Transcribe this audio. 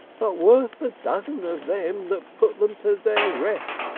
but worth a dozen of them that put them to their rest,